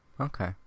Okay